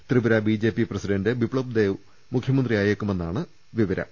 Tripura BJP president ബിപ്സവ് ദേവ് മുഖ്യമന്ത്രിയായേ ക്കുമെന്നാണ് വിവരം